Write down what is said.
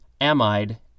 amide